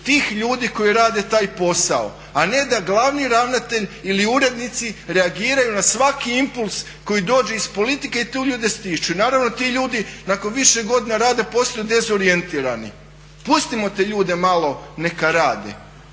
tih ljudi koji rade taj posao, a ne da glavni ravnatelj ili urednici reagiraju na svaki impuls koji dođe iz politike i te ljude stišću. Naravno ti ljudi nakon više godina rada postanu dezorijentirani. Pustimo te ljude malo neka rade.